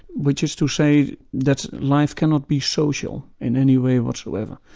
which is to say that life cannot be social in any way whatsoever.